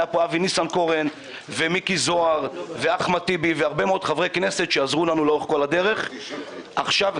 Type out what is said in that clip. היו פה אבי ניסנקורן ומיקי זוהר ואחמד טיבי וקטי שטרית